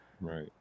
Right